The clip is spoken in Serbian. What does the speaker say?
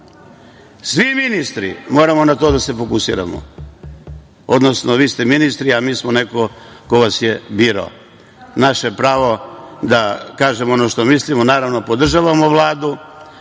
ministri, moramo na to da se fokusiramo, odnosno, vi ste ministri, a mi smo neko ko vas je birao. Naše je pravo da kažemo ono što mislimo, a naravno podržavamo Vladu.